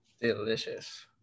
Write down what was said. Delicious